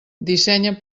dissenya